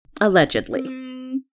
Allegedly